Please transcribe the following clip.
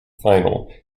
final